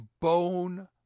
bone